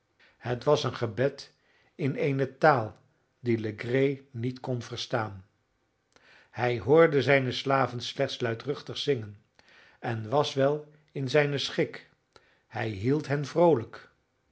het was een gebed in eene taal die legree niet kon verstaan hij hoorde zijne slaven slechts luidruchtig zingen en was wel in zijnen schik hij hield hen vroolijk